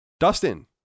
Dustin